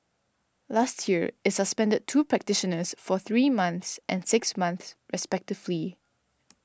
last year it suspended two practitioners for three months and six months respectively